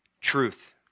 truth